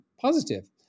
positive